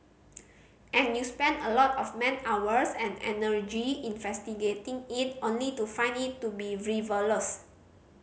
and you spend a lot of man hours and energy investigating it only to find it to be frivolous